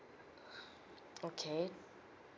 okay